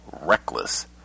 reckless